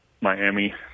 Miami